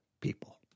people